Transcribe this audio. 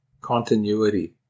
continuity